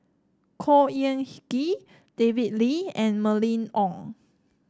Khor Ean Ghee David Lee and Mylene Ong